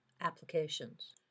applications